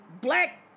black